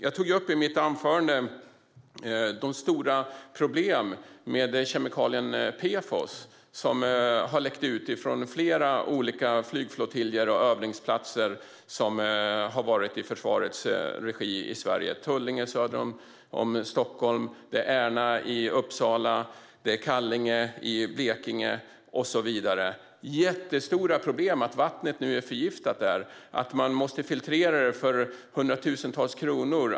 Jag tog i mitt anförande upp de stora problemen med kemikalien PFOS som har läckt ut från flera flygflottiljer och övningsplatser som har varit i försvarets regi i Sverige. Det handlar om Tullinge söder om Stockholm, Ärna i Uppsala, Kallinge i Blekinge och så vidare. Det är jättestora problem att vattnet nu är förgiftat där och att man måste filtrera det för hundratusentals kronor.